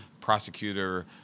prosecutor